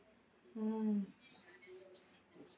hmm